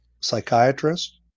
psychiatrist